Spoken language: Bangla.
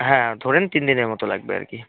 হ্যাঁ ধরেন তিন দিনের মতো লাগবে আর কি